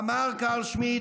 אמר קרל שמיט,